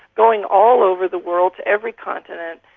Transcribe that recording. going all over the world to every continent,